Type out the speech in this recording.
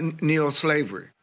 neo-slavery